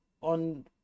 on